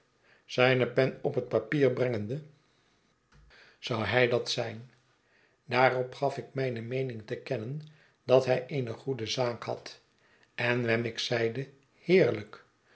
zijne pen op het papier brengende zou hij dat zijn daarop gaf ik mijne meening te kennen dat hij eene goede zaak had en wemmick zeide heerlijk